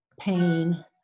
pain